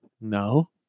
No